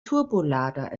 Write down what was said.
turbolader